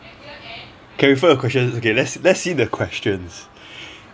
okay before the questions okay let's let's see the questions